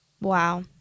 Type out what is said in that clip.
Wow